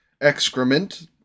excrement